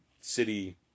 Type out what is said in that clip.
city